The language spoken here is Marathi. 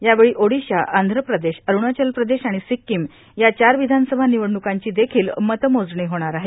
यावेळी ओडिशा आंध्र प्रदेश अरूणाचल प्रदेश आणि सिक्कीम या चार विधानसभा निवडणुकांची देखिल मतमोजणी होणार आहे